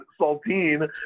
Saltine